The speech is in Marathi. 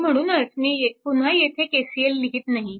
आणि म्हणूनच मी पुन्हा येथे KCL लिहीत नाही